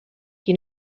qui